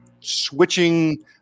switching